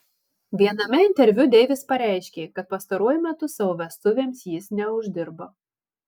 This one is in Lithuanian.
viename interviu deivis pareiškė kad pastaruoju metu savo vestuvėms jis neuždirba